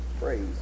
Praise